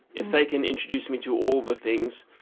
if they can introduce me to all the things,